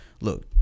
look